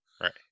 right